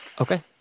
okay